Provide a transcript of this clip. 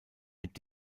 mit